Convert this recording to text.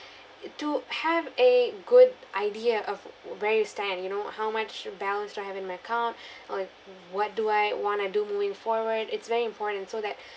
to have a good idea of where you stand you know how much balance do I have in my account or what do I want to do moving forward it's very important so that